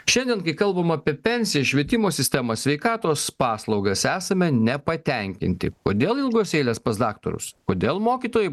šiandien kai kalbam apie pensiją švietimo sistemą sveikatos paslaugas esame nepatenkinti kodėl ilgos eilės pas daktarus kodėl mokytojai